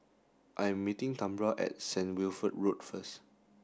I am meeting Tambra at St Wilfred Road first